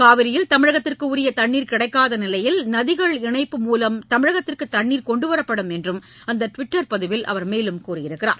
காவிரியில் தமிழகத்திற்கு உரிய தண்ணீர் கிடைக்காத நிலையில் நதிகள் இணைப்பு மூலம் தமிழகத்திற்கு தண்ணீர் கொண்டு வரப்படும் என்று அந்த டுவிட்டர் பதிவில் தெரிவிக்கப்பட்டுள்ளது